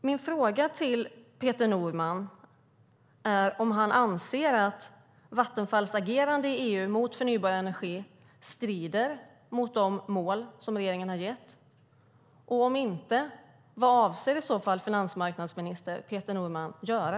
Min fråga till Peter Norman är om han anser att Vattenfalls agerande i EU mot förnybar energi strider mot de mål som regeringen har gett. Om inte, vad avser i så fall finansmarknadsminister Peter Norman att göra?